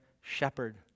shepherd